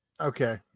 Okay